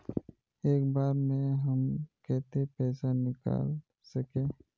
एक बार में हम केते पैसा निकल सके?